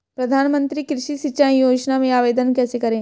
प्रधानमंत्री कृषि सिंचाई योजना में आवेदन कैसे करें?